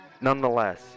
Nonetheless